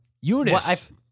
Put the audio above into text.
Eunice